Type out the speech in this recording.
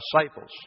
disciples